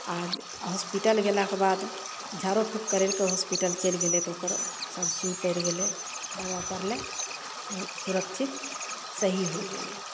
आओर हॉस्पिटल गेलाके बाद झाड़ो फूक करायके हॉस्पिटल चलि गेलय तऽ ओकर सब सूइ पड़ि गेलै दवा पड़लय उ सुरक्षित सही होइ गेलै